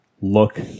look